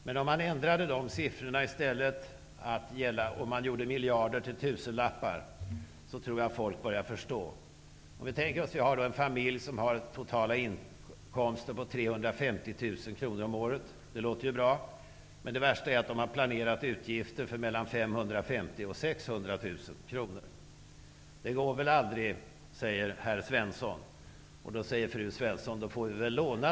Men om man i stället ändrade dessa siffror och gjorde miljarder till tusenlappar, tror jag att folk skulle börja förstå. Om vi tänker oss en familj som har totala inkomster på 350 000 kr om året. Det låter ju bra. Men det värsta är att de har planerat utgifter för 550 000-- 600 000 kr. Det går väl aldrig, säger herr Svensson. Då säger fru Svensson: Då få vi väl låna.